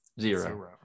Zero